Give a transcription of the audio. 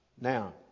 Now